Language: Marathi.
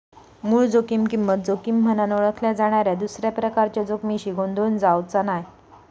मूळ जोखीम किंमत जोखीम म्हनान ओळखल्या जाणाऱ्या दुसऱ्या प्रकारच्या जोखमीशी गोंधळून जावचा नाय